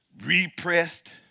repressed